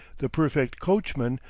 the perfect coachman,